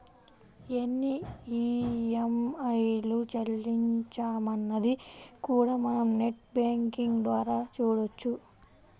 ఎన్ని ఈఎంఐలు చెల్లించామన్నది కూడా మనం నెట్ బ్యేంకింగ్ ద్వారా చూడొచ్చు